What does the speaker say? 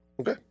Okay